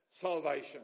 salvation